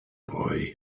boy